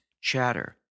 chatter